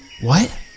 What